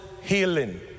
healing